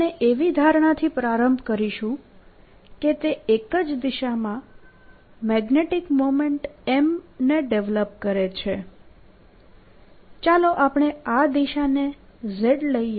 આપણે એવી ધારણાથી પ્રારંભ કરીશું કે તે એક જ દિશામાં મેગ્નેટીક મોમેન્ટ M ને ડેવેલપ કરે છે ચાલો આપણે આ દિશાને z લઈએ